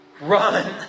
run